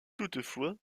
toutefois